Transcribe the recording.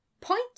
point